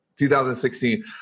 2016